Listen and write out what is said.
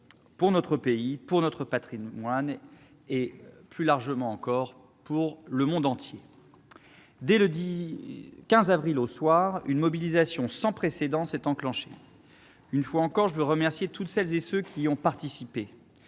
pour notre pays et son patrimoine ou, plus largement, pour le monde entier. Dès le soir du 15 avril, une mobilisation sans précédent s'est enclenchée. Une fois encore, je veux remercier toutes celles et tous ceux qui y ont participé